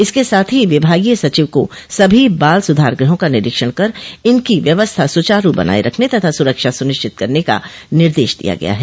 इसके साथ ही विभागीय सचिव को सभी बाल सुधार गृहों का निरीक्षण कर इनकी व्यवस्था सुचारू बनाये रखने तथा सुरक्षा सुनिश्चित करने का निर्देश दिया गया है